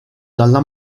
dalla